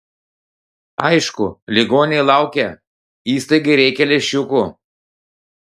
aišku ligoniai laukia įstaigai reikia lęšiukų